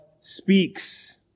speaks